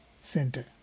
center